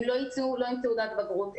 הם לא ייצאו עם תעודת בגרות,